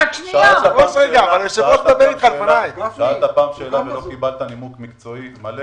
ששאלת פעם שאלה ולא קיבלת נימוק מקצועי מלא.